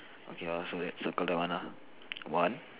okay lor so let's circle that one ah one